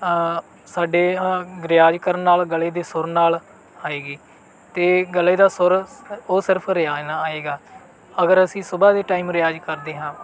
ਸਾਡੇ ਰਿਆਜ਼ ਕਰਨ ਨਾਲ ਗਲੇ ਦੇ ਸੁਰ ਨਾਲ ਆਏਗੀ ਅਤੇ ਗਲੇ ਦਾ ਸੁਰ ਉਹ ਸਿਰਫ ਰਿਆਜ਼ ਨਾਲ ਆਏਗਾ ਅਗਰ ਅਸੀਂ ਸੁਬਾਹ ਦੇ ਟਾਇਮ ਰਿਆਜ਼ ਕਰਦੇ ਹਾਂ